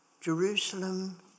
Jerusalem